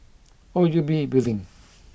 O U B Building